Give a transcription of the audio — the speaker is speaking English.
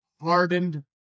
hardened